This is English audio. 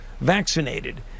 vaccinated